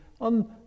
on